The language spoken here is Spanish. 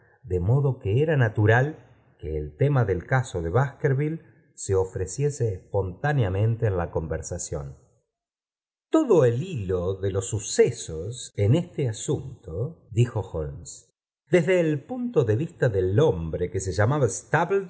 de modo que era natural que el tema del caso de baskervillc se ofreciese espontáneamente en la conversación todo el hilo do los bucgbor en osle asunto dijo holmes desdo el punto de vista del hombre que se llamaba